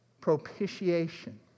propitiation